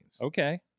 okay